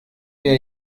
wir